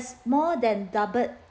more than doubled